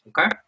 Okay